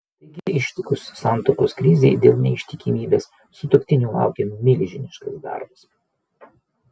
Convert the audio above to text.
taigi ištikus santuokos krizei dėl neištikimybės sutuoktinių laukia milžiniškas darbas